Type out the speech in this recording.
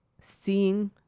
seeing